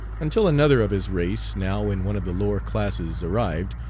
until another of his race, now in one of the lower classes, arrived,